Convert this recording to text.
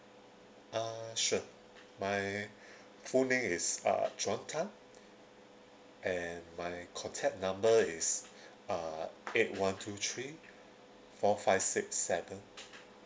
uh sure my full name is uh john tan and my contact number is uh eight one two three four five six seven